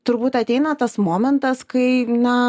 turbūt ateina tas momentas kai na